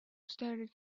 started